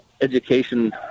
education